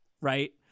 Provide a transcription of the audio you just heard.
right